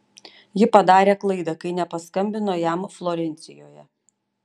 ji padarė klaidą kai nepaskambino jam florencijoje